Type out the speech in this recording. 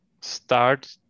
start